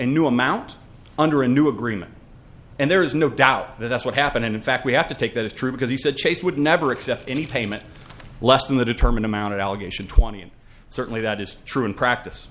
new amount under a new agreement and there is no doubt that that's what happened in fact we have to take that as true because he said chase would never accept any payment less than the determined amount allegation twenty and certainly that is true in practice